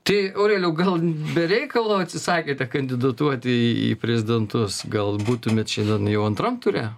tai aurelijau gal be reikalo atsisakėte kandidatuoti į prezidentus gal būtumėt šiandien jau antram ture